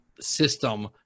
system